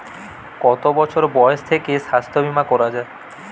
কত বছর বয়স থেকে স্বাস্থ্যবীমা করা য়ায়?